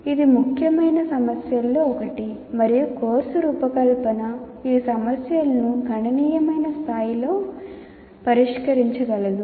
ఇది ముఖ్యమైన సమస్యలలో ఒకటి మరియు కోర్సు రూపకల్పన ఈ సమస్యలను గణనీయమైన స్థాయిలో పరిష్కరించగలదు